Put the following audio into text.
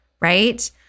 right